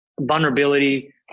vulnerability